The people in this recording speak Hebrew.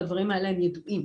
והדברים האלה הם ידועים,